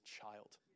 child